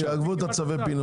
הם יעכבו את צווי הפינוי האלה.